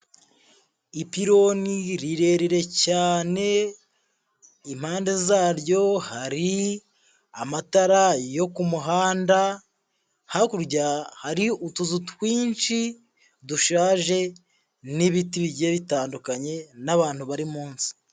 Ipironi rirerire cyane impande zaryo hari amatara yo ku muhanda, hakurya hari utuzu twinshi dushaje n'ibiti bigiye bitandukanye n'abantu bari munsi.